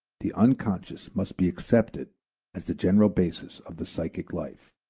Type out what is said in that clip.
the unconscious must be accepted as the general basis of the psychic life.